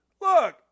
Look